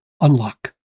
unlock